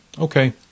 okay